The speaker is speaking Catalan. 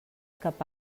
cap